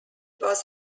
was